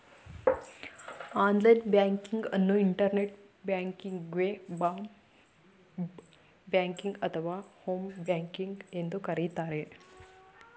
online banking ಅನ್ನು internet ಬ್ಯಾಂಕಿಂಗ್ವೆ, ಬ್ ಬ್ಯಾಂಕಿಂಗ್ ಅಥವಾ ಹೋಮ್ ಬ್ಯಾಂಕಿಂಗ್ ಎಂದು ಕರೆಯುತ್ತಾರೆ